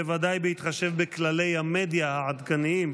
בוודאי בהתחשב בכללי המדיה העדכניים,